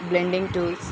blending tools